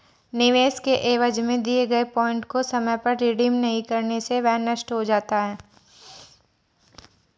निवेश के एवज में दिए गए पॉइंट को समय पर रिडीम नहीं करने से वह नष्ट हो जाता है